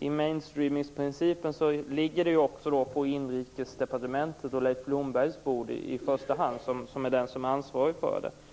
Mainstream-principen ligger på Blomberg som ansvarig.